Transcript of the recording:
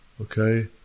okay